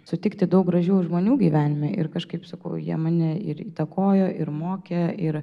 sutikti daug gražių žmonių gyvenime ir kažkaip sakau jie mane ir įtakojo ir mokė ir